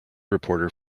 reporter